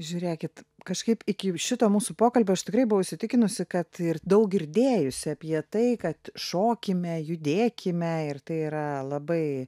žiūrėkit kažkaip iki šito mūsų pokalbio aš tikrai buvau įsitikinusi kad ir daug girdėjusi apie tai kad šokime judėkime ir tai yra labai